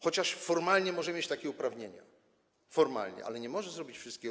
Chociaż formalnie może mieć takie uprawnienia, formalnie, ale nie może zrobić wszystkiego.